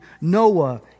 Noah